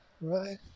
Right